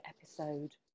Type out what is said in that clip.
episode